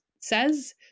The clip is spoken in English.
says